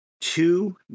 two